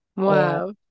Wow